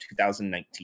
2019